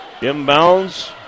Inbounds